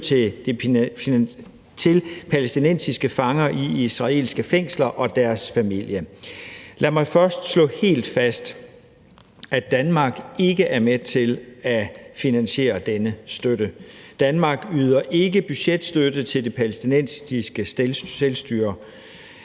til palæstinensiske fanger i israelske fængsler og deres familier. Lad mig først slå helt fast, at Danmark ikke er med til at finansiere denne støtte. Danmark yder ikke budgetstøtte til det palæstinensiske selvstyre.